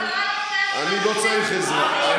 אני לא צריך עזרה.